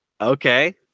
Okay